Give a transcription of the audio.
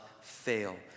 fail